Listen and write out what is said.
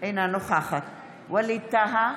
אינה נוכחת ווליד טאהא,